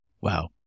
wow